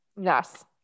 Yes